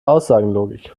aussagenlogik